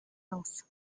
else